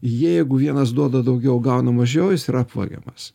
jeigu vienas duoda daugiau gauna mažiau jis yra apvagiamas